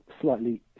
slightly